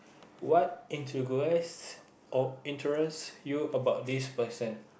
what interest you about this person